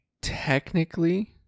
Technically